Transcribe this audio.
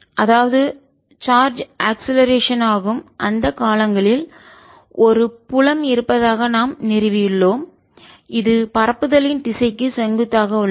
அதாவது charge acceleration முடுக்கிவிடப்படும் ஆகும் அந்தக் காலங்களில் ஒரு புலம் இருப்பதாக நாம் நிறுவியுள்ளோம் இது பரப்புதலின் திசைக்கு செங்குத்தாக உள்ளது